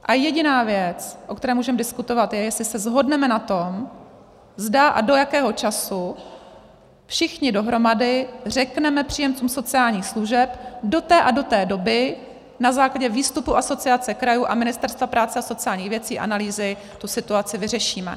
A jediná věc, o které můžeme diskutovat, je, jestli se shodneme na tom, zda a do jakého času všichni dohromady řekneme příjemcům sociálních služeb: do té a té doby na základě výstupu Asociace krajů a Ministerstva práce a sociálních věcí, analýzy, tu situaci vyřešíme.